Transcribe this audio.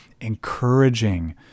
encouraging